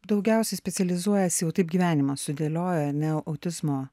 daugiausiai specializuojasi jau taip gyvenimas sudėliojo ne autizmo